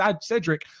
Cedric